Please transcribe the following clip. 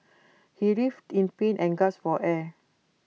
he writhed in pain and gasped for air